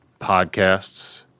podcasts